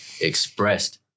expressed